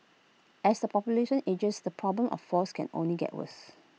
as the population ages the problem of falls can only get worse